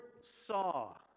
saw